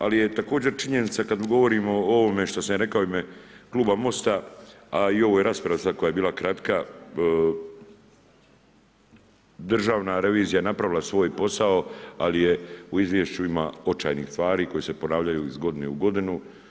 Ali je također činjenica, kad govorimo o ovome što sam rekao u ime Kluba MOST-a, a i u ovoj raspravi sad koja je bila kratka, Državna revizija je napravila svoj posao, ali je u izvješću ima očajnih stvari koje se ponavljaju iz godine u godine.